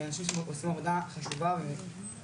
האנשים שם עושים עבודה חשובה ונהדרת,